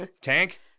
tank